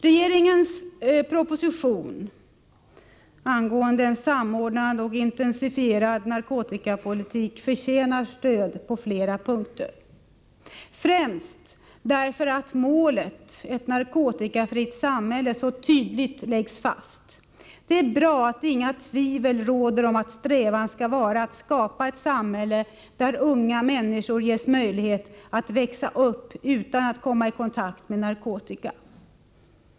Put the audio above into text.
Regeringens proposition angående en samordnad och intensifierad narkotikapolitik förtjänar stöd på flera punkter, främst därför att målet — ett narkotikafritt samhälle — så tydligt läggs fast. Det är bra att inga tvivel råder om att strävan skall vara att skapa ett samhälle, där unga människor ges möjlighet att växa upp utan att komma i kontakt med narkotika.